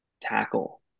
tackle